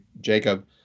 Jacob